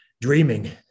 dreaming